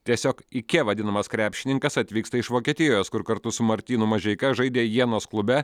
tiesiog ikea vadinamas krepšininkas atvyksta iš vokietijos kur kartu su martynu mažeika žaidė jenos klube